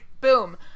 Boom